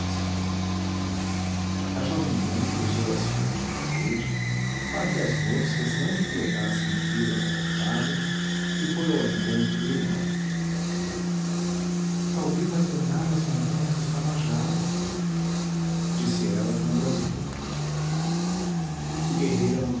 pesca a jovem mãe cruzou as franjas da rede para que as moscas não inquietassem o filho acalentado e foi ao encontro do irmão caubi vai tornar às montanhas dos tabajaras disse ela com brandura o guerreiro